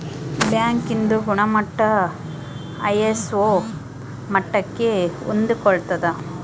bank ಇಂದು ಗುಣಮಟ್ಟ ISO ಮಟ್ಟಕ್ಕೆ ಹೊಂದ್ಕೊಳ್ಳುತ್ತ